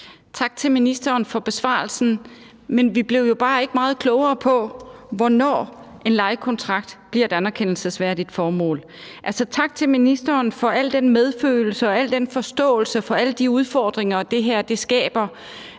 Tak til ministeren for besvarelsen. Men vi blev jo bare ikke meget klogere på, hvornår en lejekontrakt bliver et anerkendelsesværdigt formål. Tak til ministeren for al den medfølelse og al den forståelse for alle de udfordringer, det her skaber,